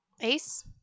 Ace